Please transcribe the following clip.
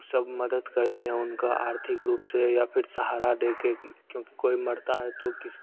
सब मदद करते हैं उनका आर्थिक रूप से या फिर सहारा देकर कि क्योंकि कोई मरता है तो किस